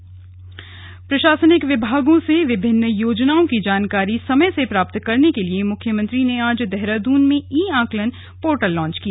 ई आंकलन प्रशासनिक विभागों से विभिन्न योजनाओं की जानकारी समय से प्राप्त करने के लिए मुख्यमंत्री ने आज देहरादून में ई आंकलन पोर्टल लांच किया